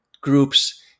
groups